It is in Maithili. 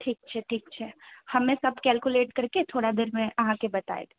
ठीक छै ठीक छै हमे सभ केलकुलेट करिके थोड़ा देरमे अहाँकेँ बताए देब